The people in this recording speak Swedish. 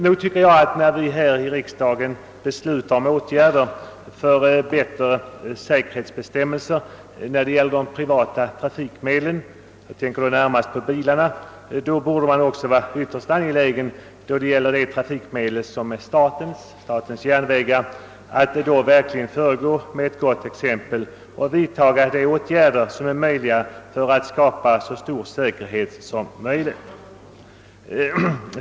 Nog tycker jag, att man, när vi här i riksdagen beslutar om åtgärder för bättre säkerhet beträffande privata trafikmedel — jag tänker då närmast på bilarna — också borde vara ytterst angelägen om att man när det gäller de trafikmedel som är statens, statens järnvägar, verkligen föregår med gott exempel och vidtar de åtgärder som är möjliga för att skapa så stor säkerhet som möjligt.